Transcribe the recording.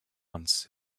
wants